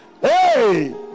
Hey